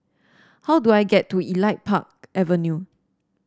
how do I get to Elite Park Avenue